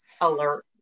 alert